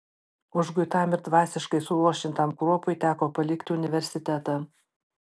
užguitam ir dvasiškai suluošintam kruopui teko palikti universitetą